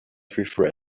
refreshed